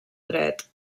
dret